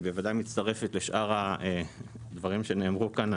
היא בוודאי מצטרפת לשאר הדברים שנאמרו כאן.